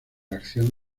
acción